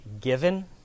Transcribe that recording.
given